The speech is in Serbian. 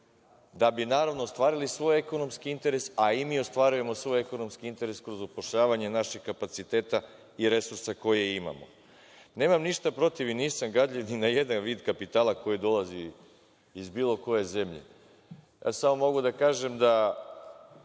da bi, naravno, ostvarili svoj ekonomski interes, a i mi ostvarujemo svoj ekonomski interes kroz upošljavanje naših kapaciteta i resursa koje imamo. Nemam ništa protiv i nisam gadljiv ni na jedan vid kapitala koji dolazi iz bilo koje zemlje. Samo mogu da kažem da